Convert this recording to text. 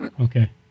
Okay